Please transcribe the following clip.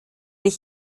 ich